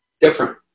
different